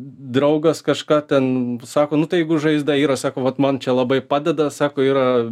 draugas kažką ten sako nu tai jeigu žaizda yra sako vat man čia labai padeda sako yra